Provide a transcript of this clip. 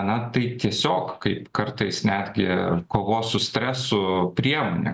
na tai tiesiog kaip kartais netgi kovos su stresu priemonė